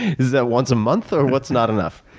is that once a month, or what's not enough?